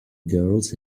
girls